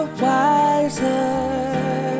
wiser